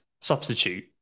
substitute